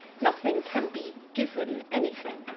nothing can be given anything.